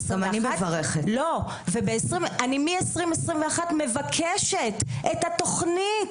ואני מ-2021 מבקשת את התוכנית,